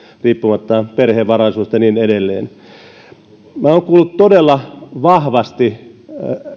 riippumatta perheen varallisuudesta ja niin edelleen olen kuullut todella vahvasti